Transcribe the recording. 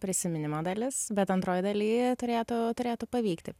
prisiminimo dalis bet antroj daly turėtų turėtų pavykti